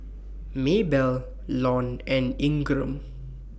Maybell Lon and Ingram